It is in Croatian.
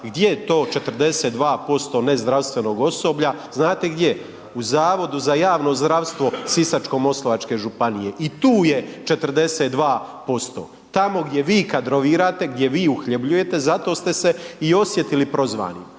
gdje je to 42% nezdravstvenog osoblja, znate gdje, u Zavodu za javno zdravstvo Sisačko-moslavačke županije i tu je 42%, tamo gdje vi kadrovirate, gdje vi uhljebljujete, zato ste se i osjetili prozvanim,